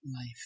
life